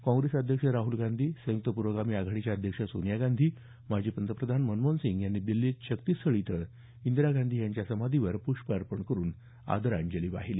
काँग्रेस अध्यक्ष राहुल गांधी संयुक्त पुरोगामी आघाडीच्या अध्यक्ष सोनिया गांधी माजी पंतप्रधान मनमोहन सिंग यांनी दिल्लीत शक्तीस्थळ इथं इंदिरा गांधी यांच्या समाधीवर पुष्प अर्पण करुन अदाराजली जली वाहण्यात आली